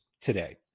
today